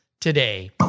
today